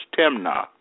Timnah